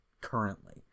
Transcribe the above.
currently